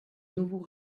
nouveaux